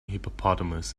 hippopotamus